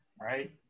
right